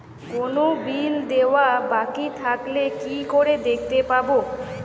কোনো বিল দেওয়া বাকী থাকলে কি করে দেখতে পাবো?